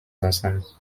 ensembles